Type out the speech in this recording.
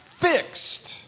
fixed